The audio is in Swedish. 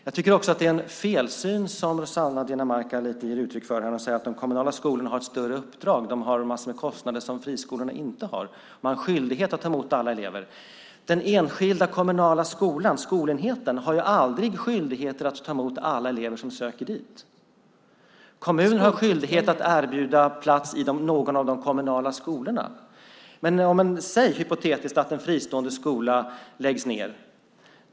Jag tycker också att det är en felsyn som Rossana Dinamarca ger uttryck för när hon säger att de kommunala skolorna har ett större uppdrag, att de har massor med kostnader som friskolorna inte har och att man har en skyldighet att ta emot alla elever. Den enskilda kommunala skolan eller skolenheten har aldrig skyldigheter att ta emot alla elever som söker dit. Kommunen har skyldighet att erbjuda plats i någon av de kommunala skolorna. Men säg, hypotetiskt, att en fristående skola läggs ned!